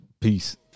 peace